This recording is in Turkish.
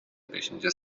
beşinci